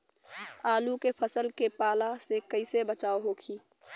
आलू के फसल के पाला से कइसे बचाव होखि?